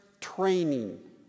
training